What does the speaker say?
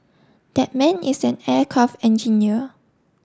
that man is an aircraft engineer